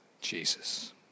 Jesus